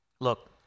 Look